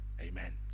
Amen